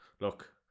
look